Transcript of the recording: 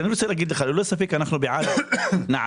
ללא ספק אנחנו בעד נערים,